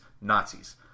Nazis